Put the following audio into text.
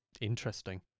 interesting